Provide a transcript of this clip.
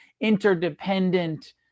interdependent